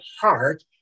heart